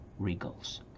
Regals